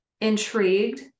intrigued